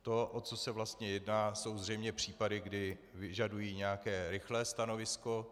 To, o co se vlastně jedná, jsou zřejmě případy, kdy vyžadují nějaké rychlé stanovisko.